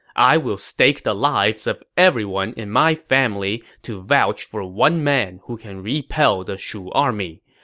i will stake the lives of everyone in my family to vouch for one man who can repel the shu army.